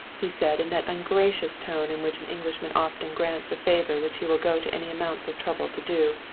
he said in that ungracious tone in which an englishman often grants a favor which he will go to any amount of trouble to do.